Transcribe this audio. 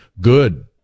good